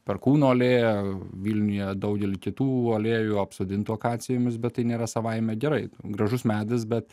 perkūno alėjoje vilniuje daugelį kitų aliejų apsodintų akacijomis bet tai nėra savaime gerai gražus medis bet